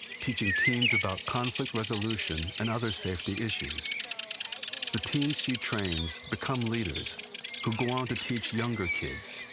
teaching teens about conflict resolution and other safety issues. so you know the teens she trains become leaders who go on to teach younger kids.